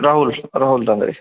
Rahul Rahul Tandale